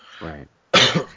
Right